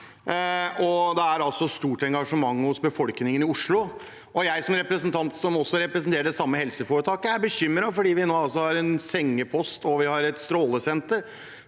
er et stort engasjement hos befolkningen i Oslo. Jeg som representant, som representerer det samme helseforetaket, er også bekymret, for vi har en sengepost og et strålesenter